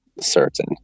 certain